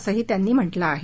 असंही त्यांनी म्हटलं आहे